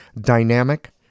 dynamic